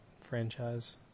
franchise